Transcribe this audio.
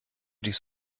dich